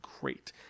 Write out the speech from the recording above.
great